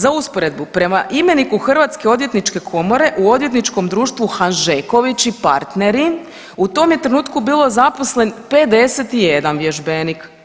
Za usporedbu, prema Imeniku Hrvatske odvjetničke komore, u Odvjetničkom društvu Hanžeković i partneri u tom je trenutku bilo zaposlen 51 vježbenik.